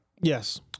Yes